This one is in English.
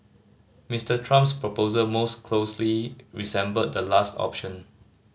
Mister Trump's proposal most closely resembled the last option